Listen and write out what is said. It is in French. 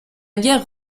guerre